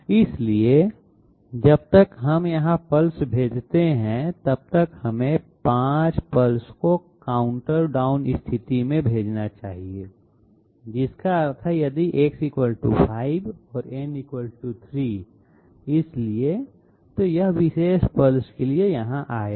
इसलिए जब तक हम यहां पल्स भेजते हैं तब तक हमें 5 पल्स को काउंटर डाउन स्थिति में भेजना चाहिए जिसका अर्थ है कि यदि X 5 और n 3 इसलिए तो यह विशेष पल्स के लिए यहाँ आएगा